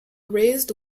raised